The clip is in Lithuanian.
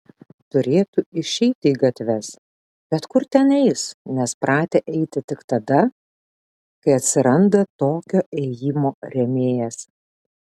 turėtų išeiti į gatves bet kur ten eis nes pratę eiti tik tada kai atsiranda tokio ėjimo rėmėjas